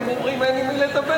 אתם אומרים שאין עם מי לדבר.